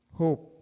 hope